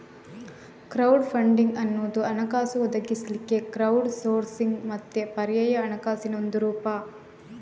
crowd funding ಅನ್ನುದು ಹಣಕಾಸು ಒದಗಿಸ್ಲಿಕ್ಕೆ ಕ್ರೌಡ್ ಸೋರ್ಸಿಂಗ್ ಮತ್ತೆ ಪರ್ಯಾಯ ಹಣಕಾಸಿನ ಒಂದು ರೂಪ